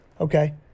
Okay